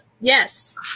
Yes